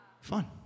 Fun